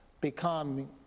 become